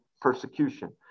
persecution